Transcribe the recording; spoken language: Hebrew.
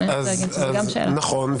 נכון.